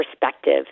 perspective